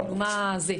כאילו מה זה?